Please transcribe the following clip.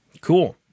Cool